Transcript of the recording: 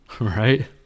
right